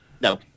No